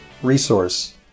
Resource